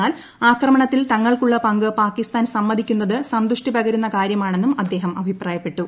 എന്നാൽ ആക്രമണത്തിൽ തങ്ങൾക്കുള്ള പങ്ക് പാക്കിസ്ഥാൻ സമ്മതി ക്കുന്നത് സന്തുഷ്ടി പകരുന്ന കാര്യമാണെന്നും അദ്ദേഹം അഭി പ്രായപ്പെട്ടു